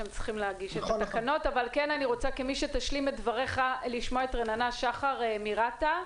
שצריך להגיש את התקנות אבל אני רוצה לשמוע את רננה שחר מרת"א,